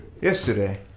Yesterday